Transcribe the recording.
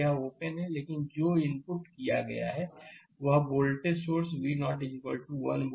यहओपन है लेकिन जो इनपुट किया गया है वह वोल्टेज सोर्स V0 1 वोल्ट 1 2 3 4 से जुड़ा है